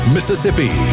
Mississippi